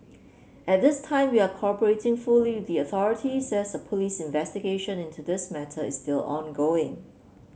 at this time we are cooperating fully with the authorities as a police investigation into this matter is still ongoing